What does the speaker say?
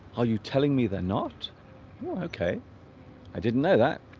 are you telling me they're not okay i didn't know that